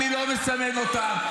אני לא מסמן אותם.